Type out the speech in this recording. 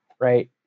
right